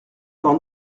dans